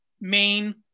main